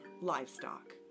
livestock